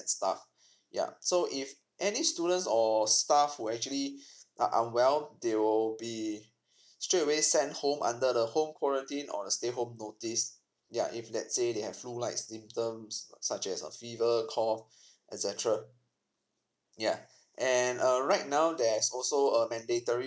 and staff yup so if any students or staff who actually are unwell they will be straight away send home under the home quarantine or the stay home notice yeah if let's say they have flu like symptoms such as a fever cough etcetera yeah and um right now there's also a mandatory